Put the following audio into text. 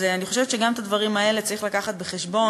אז אני חושבת שגם את הדברים האלה צריך להביא בחשבון.